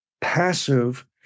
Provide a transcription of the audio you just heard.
passive